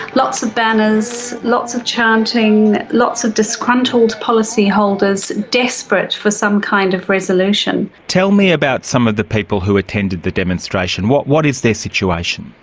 lots of banners, lots of chanting, lots of disgruntled policyholders, desperate for some kind of resolution. tell me about some of the people who attended the demonstration, what what is their situation?